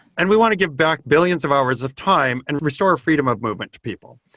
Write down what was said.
and we want to give back billions of hours of time and restore freedom of movement to people.